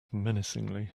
menacingly